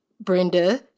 Brenda